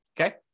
okay